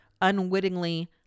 unwittingly